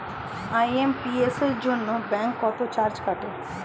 IMPS এর জন্য bank কত চার্জ কাটে?